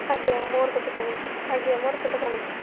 ଆଜ୍ଞା ମୋର ପେଟ କାମୁଡ଼ୁଛି ଆଜ୍ଞା ମୋର ପେଟ କାମୁଡ଼ୁଛି